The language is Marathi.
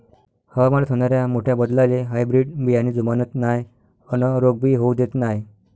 हवामानात होनाऱ्या मोठ्या बदलाले हायब्रीड बियाने जुमानत नाय अन रोग भी होऊ देत नाय